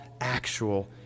actual